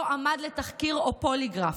מעולם לא עמד לתחקיר או פוליגרף,